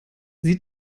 sie